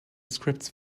scripts